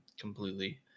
completely